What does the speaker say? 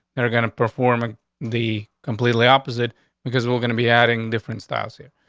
they're gonna perform ah the completely opposite because we're gonna be adding different styles here.